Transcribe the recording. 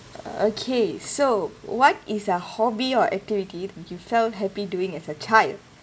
okay so what is a hobby or activity that you felt happy doing as a child